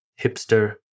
hipster